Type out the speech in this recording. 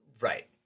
right